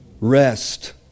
Rest